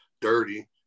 dirty